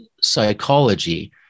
psychology